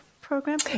program